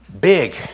big